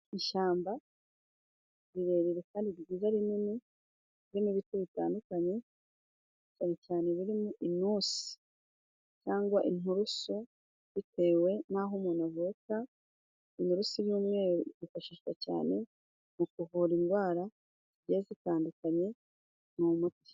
Ishyamba rirerire kandi ryiza rinini, haririmo ibiti bitandukanye cyane cyane birimo inusi cyangwa inturusu bitewe n'aho umuntu avuka. intusi n'umweru yifashishwa cyane mu kuvura indwara zigiye zitandukanye, ni umuti.